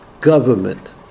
government